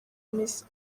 miss